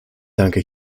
danke